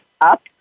up